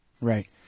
Right